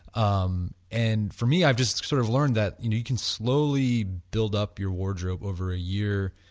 um and for me i have just sort of learned that you can slowly build up your wardrobe over a year,